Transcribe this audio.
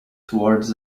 towards